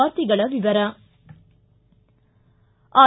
ವಾರ್ತೆಗಳ ವಿವರ ಐ